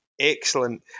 excellent